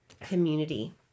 community